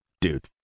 dude